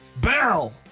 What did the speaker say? bell